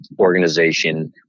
organization